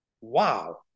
Wow